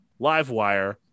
Livewire